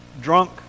drunk